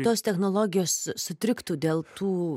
tos technologijos sutriktų dėl tų